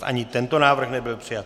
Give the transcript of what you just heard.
Ani tento návrh nebyl přijat.